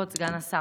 כבוד סגן השר,